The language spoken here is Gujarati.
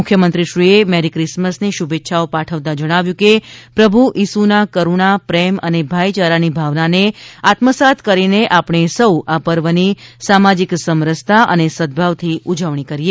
મુખ્યમંત્રીશ્રીએ મેરીક્રિસમસની શુભેચ્છાઓ પાઠવતા જણાવ્યું છે કે પ્રભુ ઇસુના કરૂણા પ્રેમ અને ભાઇચારાની ભાવનાને આત્મસાત કરીને આપણે સૌ આ પર્વની સામાજિક સમરસતા અને સદભાવથી ઉજવણી કરીએ